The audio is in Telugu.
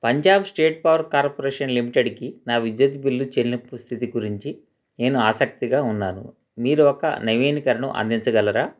పంజాబ్ స్టేట్ పవర్ కార్పొరేషన్ లిమిటెడ్కి నా విద్యుత్ బిల్లు చెల్లింపు స్థితి గురించి నేను ఆసక్తిగా ఉన్నాను మీరు ఒక నవీకరణను అందించగలరా